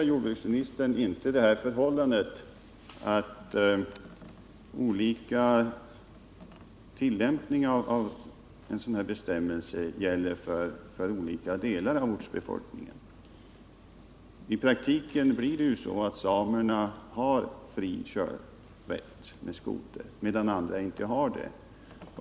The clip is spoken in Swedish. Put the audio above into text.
Jordbruksministern kommenterar inte förhållandet att olika tillämpningar av en sådan här bestämmelse gäller för olika delar av ortsbefolkningen. I praktiken har ju samerna fri rätt att köra med skoter, medan andra inte har 21 det.